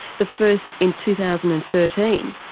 the first in two thousand and thirteen,